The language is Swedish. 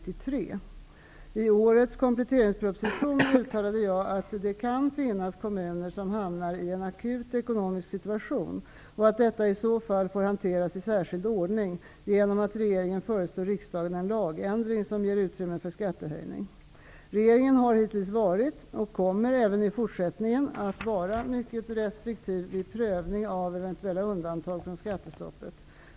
I årets kompletteringsproposition uttalade jag att det kan finnas kommuner som hamnar i en akut ekonomisk situation och att detta i så fall får hanteras i särskild ordning genom att regeringen föreslår riksdagen en lagändring som ger utrymme för skattehöjning. Regeringen har hittills varit och kommer även i fortsättningen att vara mycket restriktiv vid prövning av eventuella undantag från skattestoppet.